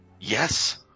Yes